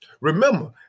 Remember